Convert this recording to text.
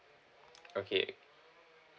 okay